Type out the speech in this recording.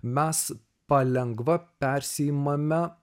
mes palengva persiimame